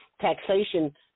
Taxation